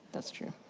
that's true.